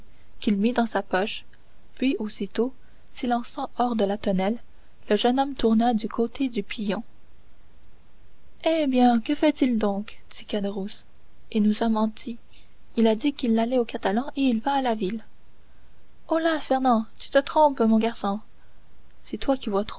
qu'il mit dans sa poche puis aussitôt s'élançant hors de la tonnelle le jeune homme tourna du côté du pillon eh bien que fait-il donc dit caderousse il nous a menti il a dit qu'il allait aux catalans et il va à la ville holà fernand tu te trompes mon garçon c'est toi qui